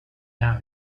now